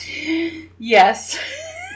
yes